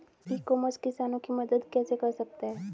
ई commerce किसानों की मदद कैसे कर सकता है?